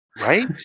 Right